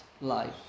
life